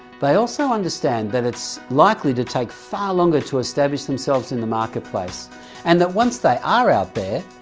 they also understand that it's likely to take far longer to establish themselves in the marketplace and that once they are out there,